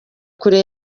kure